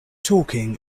talking